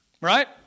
right